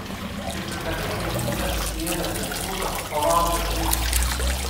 ketvirtame kėlinyje susiėmęs neptūnas palaužė dzūkus